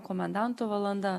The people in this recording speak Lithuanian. komendanto valanda